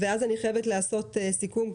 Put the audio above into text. ואז אני חייבת לעשות סיכום,